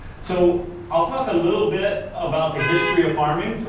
so i'll talk a little bit about the history of farming, so